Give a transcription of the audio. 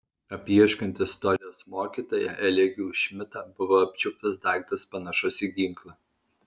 apieškant istorijos mokytoją eligijų šmidtą buvo apčiuoptas daiktas panašus į ginklą